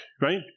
Right